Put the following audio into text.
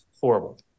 horrible